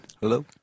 Hello